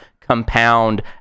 compound